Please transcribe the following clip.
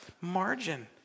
Margin